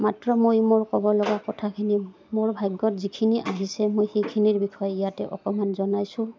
মাত্ৰ মই মোৰ ক'ব লগা কথাখিনি মোৰ ভাগ্যত যিখিনি আহিছে মই সেইখিনিৰ বিষয়ে ইয়াতে অকমান জনাইছোঁ